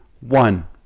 one